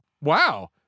Wow